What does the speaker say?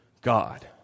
God